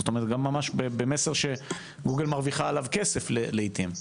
זאת אומרת גם ממש במסר שגוגל מרוויחה עליו כסף לעיתים.